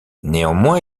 néanmoins